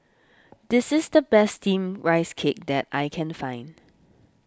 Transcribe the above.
this is the best Steamed Rice Cake that I can find